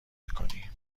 میکنی